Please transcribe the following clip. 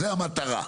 המטרה,